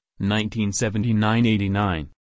1979-89